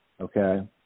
okay